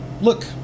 look